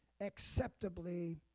acceptably